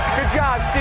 job, steve.